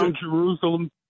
Jerusalem